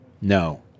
no